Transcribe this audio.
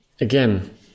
again